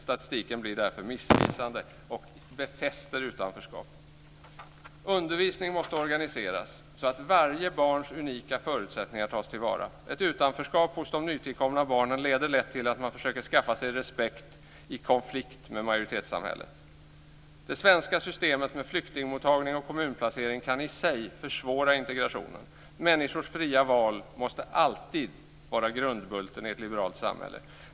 Statistiken blir därför missvisande och befäster utanförskapet. Undervisningen måste organiseras så att varje barns unika förutsättningar tas till vara. Ett utanförskap hos de nytillkomna barnen leder lätt till att man försöker skaffa sig respekt i konflikt med majoritetssamhället. Det svenska systemet med flyktingmottagning och kommunplacering kan i sig försvåra integrationen. Människors fria val måste alltid vara grundbulten i ett liberalt samhälle.